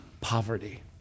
poverty